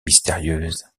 mystérieuse